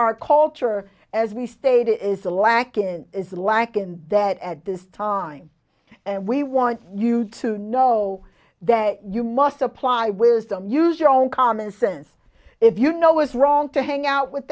our culture as we stated is a lack in is lacking in that at this time and we want you to know that you must apply wisdom use your own common sense if you know it's wrong to hang out with